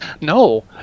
No